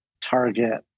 target